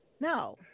No